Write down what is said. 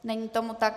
Není tomu tak.